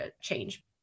change